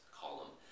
column